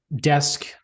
desk